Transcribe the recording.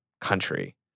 country